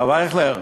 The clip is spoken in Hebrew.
הרב אייכלר,